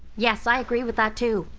yes, i agree with that too.